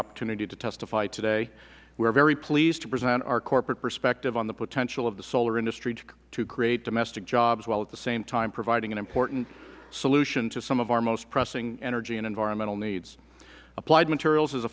opportunity to testify today we are very pleased to present our corporate perspective on the potential of the solar industry to create domestic jobs while at the same time providing an important solution to some of our most pressing energy and environment needs applied materials is a